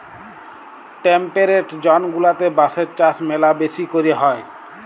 temperate zone গুলাতে বাঁশের চাষ ম্যালা বেশি ক্যরে হ্যয়